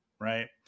Right